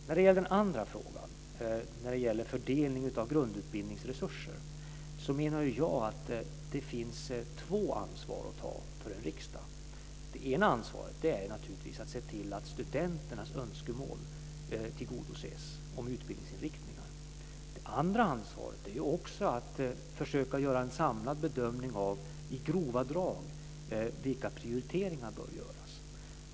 När det gäller den andra frågan, om fördelning av grundutbildningsresurser, menar jag att det finns två ansvar att ta för en riksdag. Det ena ansvaret är naturligtvis att se till att studenternas önskemål om utbildningsinriktning tillgodoses. Det andra ansvaret är att försöka göra en samlad bedömning i grova drag av vilka prioriteringar som bör göras.